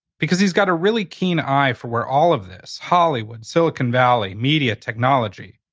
because he's got a really keen eye for where all of this, hollywood, silicon valley, media, technology,